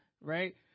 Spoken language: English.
right